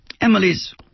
Emily's